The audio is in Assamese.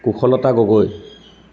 কুশলতা গগৈ